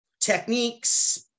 techniques